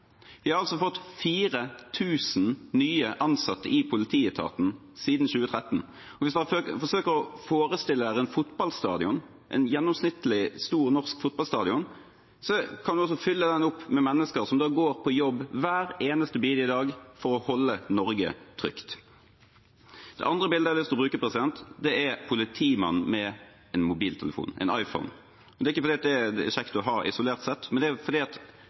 Vi har fått 4 000 nye ansatte i politietaten siden 2013. Hvis man forsøker å forestille seg en gjennomsnittlig stor norsk fotballstadion, så kan den fylles med mennesker som går på jobb hver eneste bidige dag for å holde Norge trygt. Det andre bildet jeg har lyst til å bruke, er politimannen med en mobiltelefon, en iPhone. Det er ikke fordi det er kjekt å ha isolert sett, men det er fordi